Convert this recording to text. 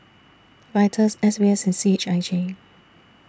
Vital S B S C H I J